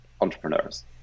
entrepreneurs